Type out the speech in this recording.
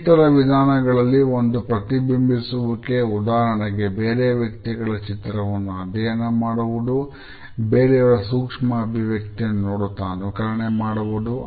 ಇನ್ನಿತರ ವಿಧಾನಗಳಲ್ಲಿ ಒಂದು ಪ್ರತಿಬಿಂಬಿಸುವಿಕೆ ಉದಾಹರಣೆಗೆ ಬೇರೆ ವ್ಯಕ್ತಿಗಳು ಚಿತ್ರವನ್ನು ಅಧ್ಯಯನ ಮಾಡುವುದು ಬೇರೆಯವರ ಸೂಕ್ಷ್ಮ ಅಭಿವ್ಯಕ್ತಿಯನ್ನು ನೋಡುತ್ತಾ ಅನುಕರಣೆ ಮಾಡುವುದು